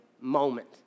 moment